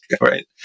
right